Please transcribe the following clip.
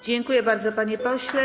Dziękuję bardzo, panie pośle.